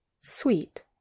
sweet